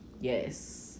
yes